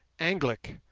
anglice,